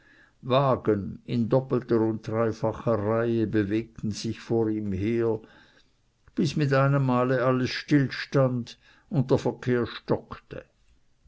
wagen in doppelter und dreifacher reihe bewegten sich vor ihm her bis mit einem male alles stillstand und der verkehr stockte